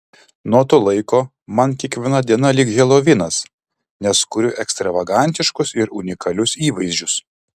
nuo to laiko man kiekviena diena lyg helovinas nes kuriu ekstravagantiškus ir unikalius įvaizdžius